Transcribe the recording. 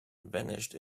vanished